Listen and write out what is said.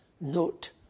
Note